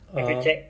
um